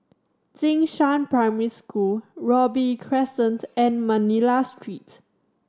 Jing Shan Primary School Robey Crescent and Manila Street